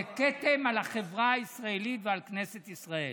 זה כתם על החברה הישראלית ועל כנסת ישראל.